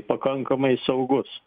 pakankamai saugus